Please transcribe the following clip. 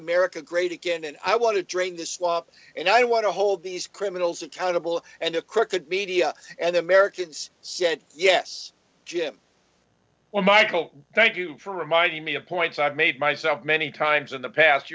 america great again and i want to drain this slump and i want to hold these criminals accountable and a crooked media and americans said yes jim well michael thank you for reminding me of points i've made myself many times in the past